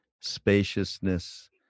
spaciousness